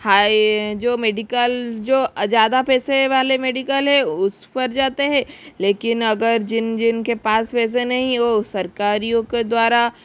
हाय जो मेडिकल जो ज़्यादा पैसे वाले मेडिकल है उस पर जाता है लेकिन अगर जिन जिन के पास पैसे नहीं ओ सरकारों के द्वारा